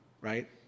right